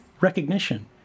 recognition